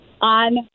on